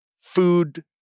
food